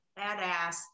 badass